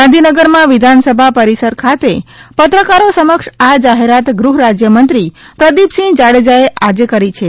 ગાંધીનગરમાં વિધાનસભા પરિસર ખાતે પત્રકારો સમક્ષ આ જાહેરાત ગૃહ રાજય મંત્રી પ્રદીપસિંહ જાડેજાએ આજે કરી છે